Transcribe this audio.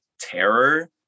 terror